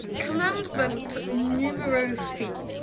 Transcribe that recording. commandment numero c.